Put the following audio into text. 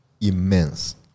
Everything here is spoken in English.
Immense